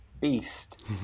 beast